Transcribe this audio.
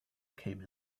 came